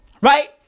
right